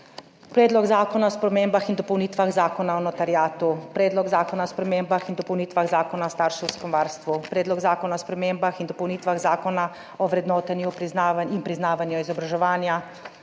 Predlog zakona o spremembah in dopolnitvah Zakona o notariatu, Predlog zakona o spremembah in dopolnitvah Zakona o starševskem varstvu, Predlog zakona o spremembah in dopolnitvah Zakona o vrednotenju in priznavanju izobraževanja,